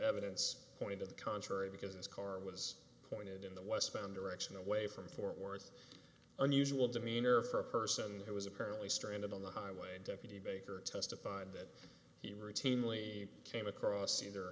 evidence pointed to the contrary because his car was pointed in the west pan direction away from fort worth unusual demeanor for a person who was apparently stranded on the highway deputy baker testified that he were routinely came across either